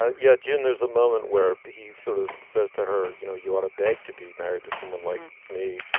ah yeah. june there's a moment where he sort of says to her you know you ought to beg to be married to someone like me.